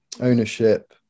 Ownership